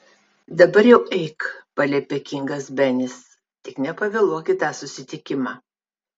dabar jau eik paliepė kingas benis tik nepavėluok į tą susitikimą